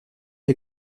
est